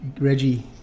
Reggie